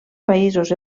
països